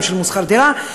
הם שילמו שכר דירה.